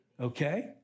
okay